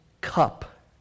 cup